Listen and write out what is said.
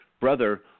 Brother